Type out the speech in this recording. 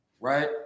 right